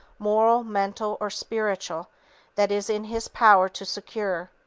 moral, mental or spiritual that is in his power to secure.